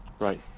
Right